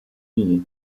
munich